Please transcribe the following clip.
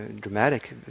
dramatic